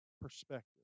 perspective